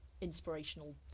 inspirational